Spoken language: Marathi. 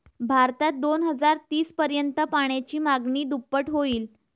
भारतात दोन हजार तीस पर्यंत पाण्याची मागणी दुप्पट होईल